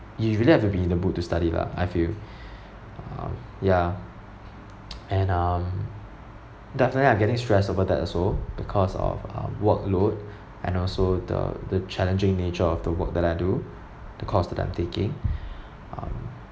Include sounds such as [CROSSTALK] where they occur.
you really have to be in the mood to study lah I feel [BREATH] um ya [NOISE] and um definitely I'm getting stressed over that also because of um workload [BREATH] and also the the challenging nature of the work that I do the course that I'm taking [BREATH] um